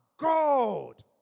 God